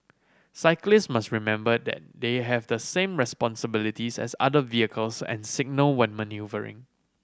cyclists must remember that they have the same responsibilities as other vehicles and signal when manoeuvring